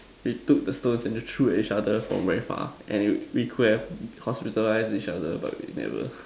we took the stones and then threw at each other from very far and it we could have hospitalized each other but we never